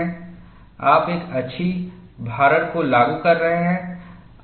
आप एक अक्षीय भारण को लागू कर रहे हैं